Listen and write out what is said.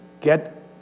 Get